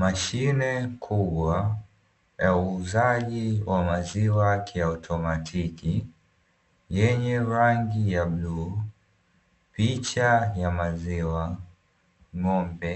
Mashine kubwa ya uuzaji wa maziwa kiautomatiki yenye rangi ya bluu, picha ya maziwa, ng'ombe